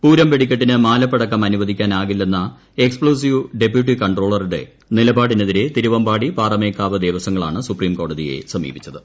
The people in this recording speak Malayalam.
പൂരം വെടിക്കെട്ടിന് മാലപ്പടക്കം അനുവദിക്കാനാകില്ലെന്ന എക്സ്പ്ലോസീവ് ഡെപ്യൂട്ടി കൺട്രോളറുടെ നിലപാടിന് എതിരെ തിരുവമ്പാടി പാറമേക്കാവ് ദേവസ്വങ്ങളാണ് സുപ്രീംകോടതിയെ സമീപിച്ചത്